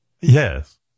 Yes